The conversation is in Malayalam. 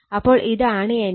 അപ്പോൾ ഇതാണ് എന്റെ Vbc